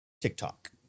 TikTok